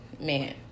man